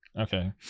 okay